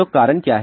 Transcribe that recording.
तो कारण क्या है